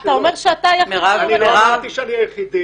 אתה אומר שאתה היחיד --- לא אמרתי שאני היחיד.